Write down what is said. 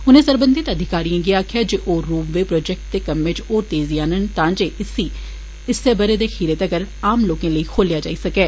उनें सरबंघत अधिकारिएं गी आखेआ जे ओह् रोप वे प्रोजेक्ट दे कम्मै च होर तेजी आह्नन तांजे इसी इस्सै ब'रे दे अखीरै तगर आम लोकें लेई खोलेआ जाई सकै